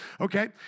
Okay